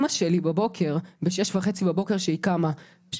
כשאמא שלי קמה בשש וחצי בבוקר היא מכינה